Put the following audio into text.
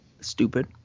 Stupid